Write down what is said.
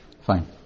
fine